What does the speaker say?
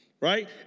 Right